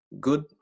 good